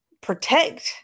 protect